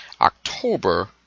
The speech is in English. October